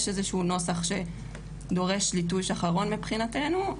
יש איזשהו נוסח שדורש ליטוש אחרון מבחינתנו,